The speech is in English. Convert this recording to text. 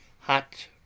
hot